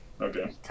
okay